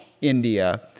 India